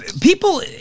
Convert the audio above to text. people